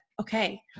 okay